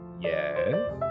yes